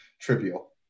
trivial